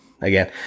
Again